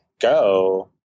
go